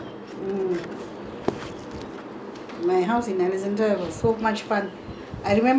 I remember you come there you sit down with my brother all you talk about the Veerapandi Kattabomman paandi katta bomman story all